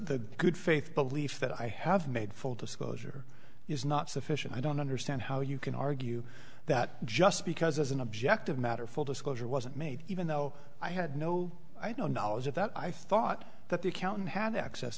the good faith belief that i have made full disclosure is not sufficient i don't understand how you can argue that just because as an objective matter full disclosure wasn't made even though i had no i don't knowledge of that i thought that the accountant have access